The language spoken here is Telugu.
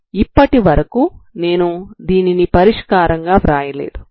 ఇప్పటివరకు నేను దీనిని పరిష్కారంగా వ్రాయలేదు